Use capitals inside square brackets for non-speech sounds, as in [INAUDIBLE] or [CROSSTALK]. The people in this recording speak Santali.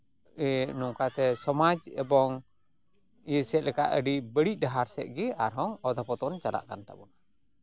ᱱᱚᱝᱠᱟᱛᱮ ᱥᱚᱢᱟᱡᱽ ᱮᱵᱚᱝ [UNINTELLIGIBLE] ᱥᱮᱜ ᱞᱮᱠᱟ ᱟᱹᱰᱤ ᱵᱟᱹᱲᱤᱡ ᱰᱟᱦᱟᱨ ᱥᱮᱜ ᱜᱮ ᱟᱨᱦᱚᱸ ᱟᱫᱷᱚ ᱯᱚᱛᱚᱱ ᱪᱟᱞᱟᱜ ᱠᱟᱱ ᱛᱟᱵᱚᱱᱟ